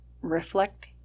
reflect